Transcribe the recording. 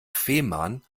fehmarn